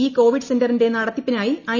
ഈ കോവിഡ് സെന്ററിന്റെ നടത്തിപ്പിനായി ഐ